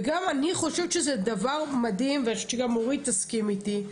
וגם אני חושבת שזה דבר מדהים ואני חושבת שגם אורית תסכים איתי,